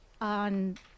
on